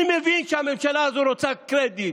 אני מבין שהממשלה הזו רוצה קרדיט.